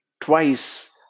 twice